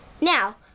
now